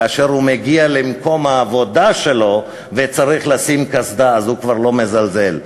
כאשר הוא מגיע למקום העבודה שלו וצריך לשים קסדה הוא כבר לא מזלזל,